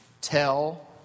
tell